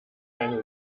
eine